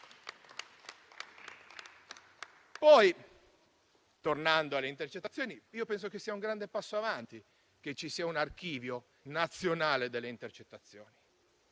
Tornando alle intercettazioni, penso sia un grande passo in avanti il fatto che ci sia un archivio nazionale delle intercettazioni,